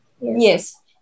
yes